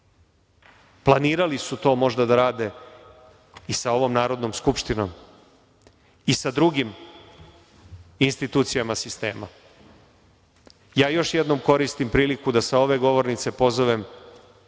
Planirali su to možda da rade i sa ovom Narodnom skupštinom i sa drugim institucijama sistema. Još jednom koristim priliku da sa ove govornice pozovem